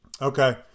Okay